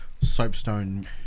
soapstone